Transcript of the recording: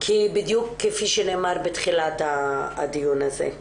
כי כפי שנאמר בתחילת הדיון הזה,